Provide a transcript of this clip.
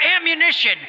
ammunition